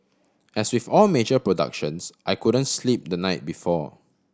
as with all major productions I couldn't sleep the night before